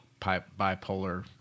bipolar